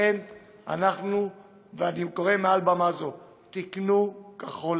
אני קורא מעל במה זו: קנו כחול-לבן.